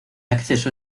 acceso